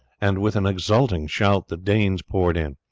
and with an exulting shout the danes poured in.